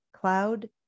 cloud